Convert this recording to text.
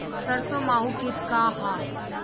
सरसो माहु किट का ह?